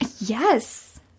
Yes